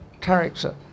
character